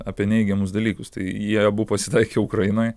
apie neigiamus dalykus tai jie abu pasitaikė ukrainoj